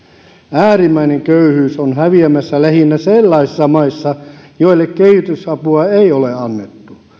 äärimmäinen köyhyys on häviämässä lähinnä sellaisissa maissa joille kehitysapua ei ole annettu